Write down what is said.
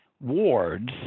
wards